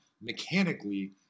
mechanically